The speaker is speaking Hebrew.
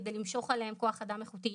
כדי למשוך אליהם כוח אדם איכותי.